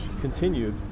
continued